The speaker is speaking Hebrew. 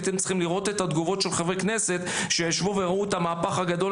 הייתם צריכים לראות את התגובות של חברי הכנסת שישבו וראו את המהפך הגדול